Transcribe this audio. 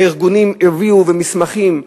הארגונים הביאו מסמכים.